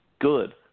good